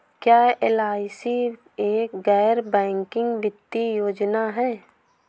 क्या एल.आई.सी एक गैर बैंकिंग वित्तीय योजना है?